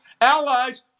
allies